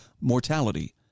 mortality